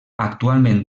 actualment